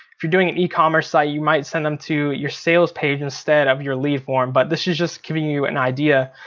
if you're doing an ecommerce site you might send them to your sales page instead of your lead form. but this is just giving you an idea.